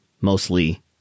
mostly